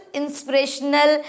inspirational